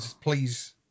please